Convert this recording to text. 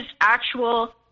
actual